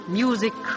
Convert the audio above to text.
music